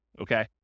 okay